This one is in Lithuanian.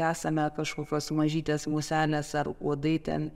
esame kažkokios mažytės muselės ar uodai ten